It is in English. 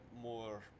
more